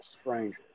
stranger